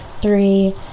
three